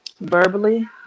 verbally